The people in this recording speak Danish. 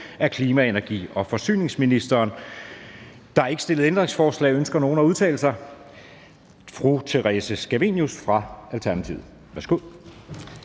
Anden næstformand (Jeppe Søe): Der er ikke stillet ændringsforslag. Ønsker nogen at udtale sig? Fru Theresa Scavenius fra Alternativet, værsgo.